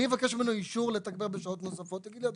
אני אבקש ממנו אישור לתגבר בשעות נוספות הוא יגיד לי אדוני,